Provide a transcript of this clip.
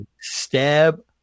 Stab